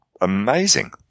amazing